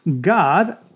God